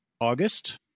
August